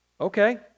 Okay